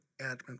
admin